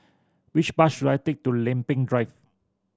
which bus should I take to Lempeng Drive